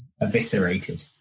eviscerated